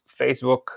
Facebook